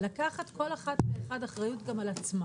לקחת כל אחד ואחת אחריות גם על עצמו